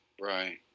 Right